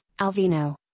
Alvino